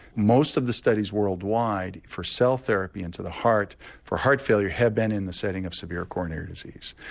most of the studies worldwide for cell therapy into the heart for heart failure had been in the setting of severe coronary disease.